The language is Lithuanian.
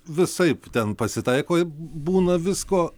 visaip ten pasitaiko būna visko